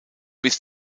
bis